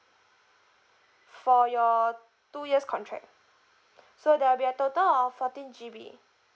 for your two years contract so there'll be a total of fourteen G_B